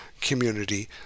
community